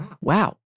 Wow